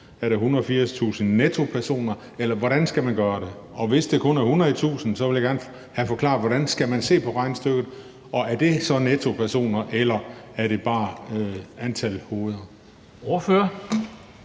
Er det 180.000 personer netto? Eller hvordan skal man gøre det? Og hvis det kun er 100.000, vil jeg gerne have forklaret, hvordan man skal se på regnestykket, og er det så personer netto, eller er det bare antal hoveder?